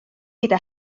gyda